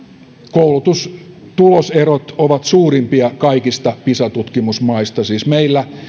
koulutustuloserot ovat suurimpia kaikista pisa tutkimusmaista siis meillä